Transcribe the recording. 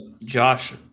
josh